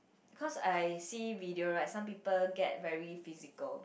cause I see video right some people get very physical